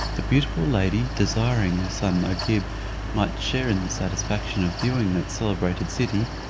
the beautiful lady desiring her son agib might share in the satisfaction of viewing that celebrated city,